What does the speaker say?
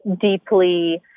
deeply